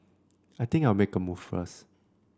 I think I'll make a move first